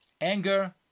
anger